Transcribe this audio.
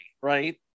right